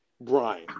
Brian